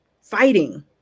fighting